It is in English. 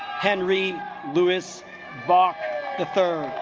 henry lewis bach the third